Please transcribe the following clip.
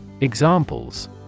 Examples